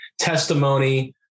testimony